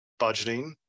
budgeting